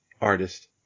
artist